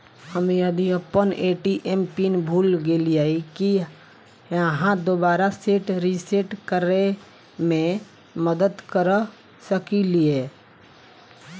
हम्मे यदि अप्पन ए.टी.एम पिन भूल गेलियै, की अहाँ दोबारा सेट रिसेट करैमे मदद करऽ सकलिये?